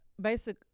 Basic